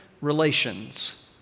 relations